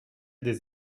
des